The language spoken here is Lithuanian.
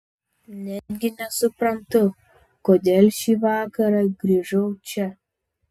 netgi nesuprantu kodėl šį vakarą grįžau čia